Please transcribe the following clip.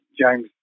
James